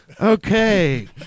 Okay